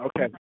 Okay